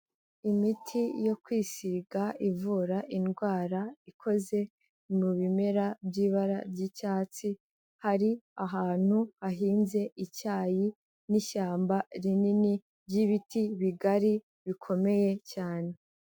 Imiti yo kwisiga ivura indwara ikoze mu bimera by'ibara ry'icyatsi, hari ahantu hahinze icyayi n'ishyamba rinini ry'ibiti bigari bikomeye cyane.